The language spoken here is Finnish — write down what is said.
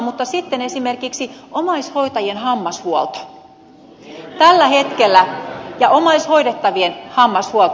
mutta sitten on esimerkiksi omaishoitajien hammashuolto ja omaishoidettavien hammashuolto